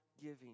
giving